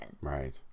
Right